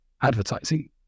advertising